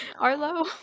Arlo